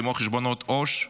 כמו חשבונות עו"ש,